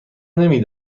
نمی